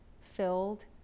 filled